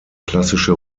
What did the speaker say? klassische